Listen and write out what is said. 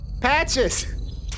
Patches